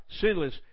sinless